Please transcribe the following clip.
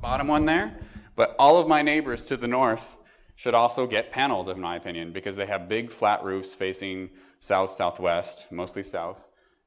bottom one there but all of my neighbors to the north should also get panels of my opinion because they have big flat roofs facing south southwest mostly south